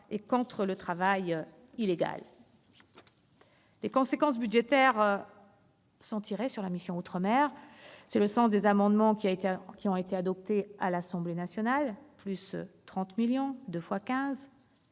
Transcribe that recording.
et contre le travail illégal. Les conséquences budgétaires sont tirées sur la mission « Outre-mer ». Tel est le sens des amendements qui ont été adoptés à l'Assemblée nationale, avec 30 millions d'euros